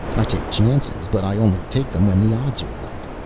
i take chances but i only take them when the odds are right.